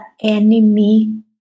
enemy